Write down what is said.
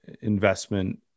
investment